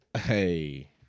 Hey